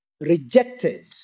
rejected